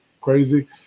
crazy